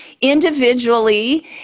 individually